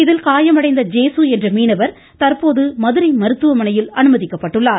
இதில் காயமடைந்த ஜேசு என்ற மீனவர் தற்போது மதுரை மருத்துவமனையில் அனுமதிக்கப்பட்டிருக்கிறார்